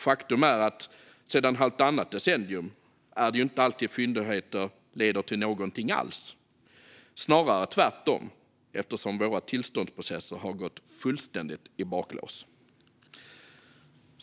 Faktum är att sedan halvtannat decennium är det inte alltid fyndigheter leder till någonting alls, eftersom våra tillståndsprocesser har gått fullständigt i baklås.